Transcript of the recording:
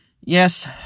Yes